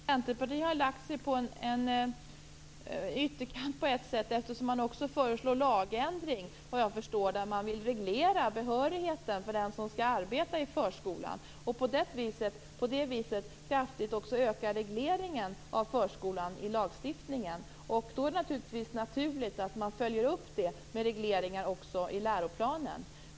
Fru talman! I Centerpartiet har man på ett sätt lagt sig på en ytterkant, eftersom man också föreslår en lagändring, där man vill reglera behörigheten för den som skall arbeta i förskolan och på det viset också kraftigt öka regleringen av förskolan i lagstiftningen. Då är det naturligtvis naturligt att man följer upp det med regleringar även i läroplanen.